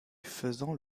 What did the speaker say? faisant